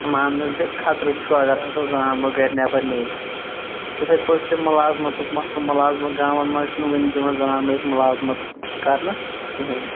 ماننہٕ زِ خَطرٕ چھُ اَگر ہَسا زَنان موٚڑ گَرِ نیٚبَر نیرِ یِتھے پٲٹھۍ چھُ ملازمَتُک مَسلہِ ملازمَت گامَن مَنٛز چھَنہٕ وٕنہِ دِوان زَنان مٔہنِس ملازمَت کَرنہٕ کِہِنۍ